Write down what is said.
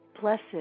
blessed